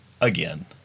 again